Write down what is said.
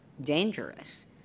dangerous